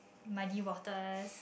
muddy waters